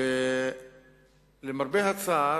למרבה הצער